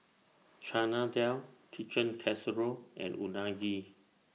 Chana Dal Chicken Casserole and Unagi